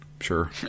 sure